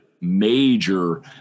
major